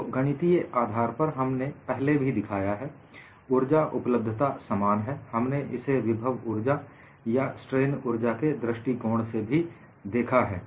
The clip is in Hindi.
तो गणितीय आधार पर हमने पहले भी दिखाया है ऊर्जा उपलब्धता समान है हमने इसे विभव ऊर्जा या स्ट्रेन ऊर्जा के दृष्टिकोण से भी देखा है